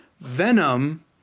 Venom